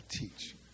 teach